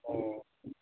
ꯑꯣ